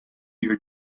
your